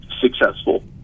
successful